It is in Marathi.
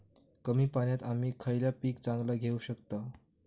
कमी पाण्यात आम्ही खयला पीक चांगला घेव शकताव?